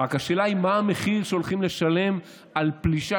רק השאלה היא מה המחיר שהולכים לשלם על פלישה